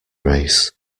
race